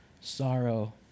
sorrow